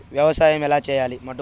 వ్యవసాయం ఎలా చేయాలి?